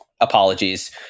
apologies